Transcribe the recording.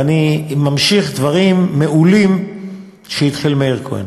ואני ממשיך דברים מעולים שהתחיל מאיר כהן.